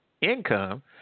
income